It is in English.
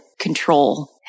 control